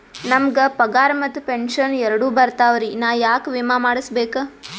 ನಮ್ ಗ ಪಗಾರ ಮತ್ತ ಪೆಂಶನ್ ಎರಡೂ ಬರ್ತಾವರಿ, ನಾ ಯಾಕ ವಿಮಾ ಮಾಡಸ್ಬೇಕ?